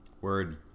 Word